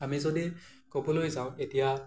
আমি যদি ক'বলৈ যাওঁ এতিয়া